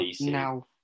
now